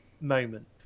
moment